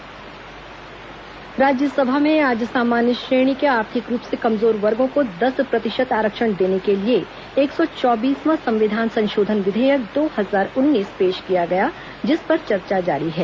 राज्यसभा लोकसभा आरक्षण विधेयक राज्यसभा में आज सामान्य श्रेणी के आर्थिक रूप से कमजोर वर्गो को दस प्रतिशत आरक्षण देने के लिए एक सौ चौबीसवां संविधान संशोधन विधेयक दो हजार उन्नीस पेश किया गया जिस पर चर्चा जारी है